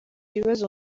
ibibazo